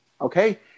Okay